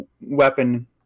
weapon –